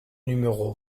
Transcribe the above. numéro